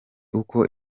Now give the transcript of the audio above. uko